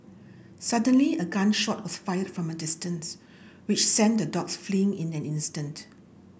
suddenly a gun shot was fired from a distance which sent the dogs fleeing in an instant